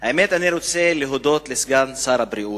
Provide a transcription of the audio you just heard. האמת, אני רוצה להודות לסגן שר הבריאות,